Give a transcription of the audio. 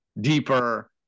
deeper